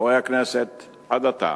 חברי הכנסת, עד עתה